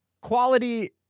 quality